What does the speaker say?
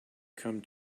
come